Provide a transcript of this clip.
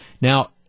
Now